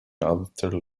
outer